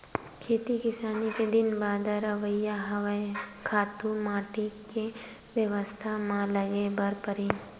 खेती किसानी के दिन बादर अवइया हवय, खातू माटी के बेवस्था म लगे बर परही